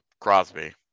Crosby